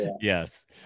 Yes